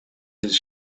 his